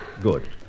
Good